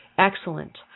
Excellent